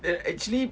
uh actually